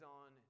on